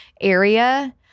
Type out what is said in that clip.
area